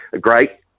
great